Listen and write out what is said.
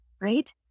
right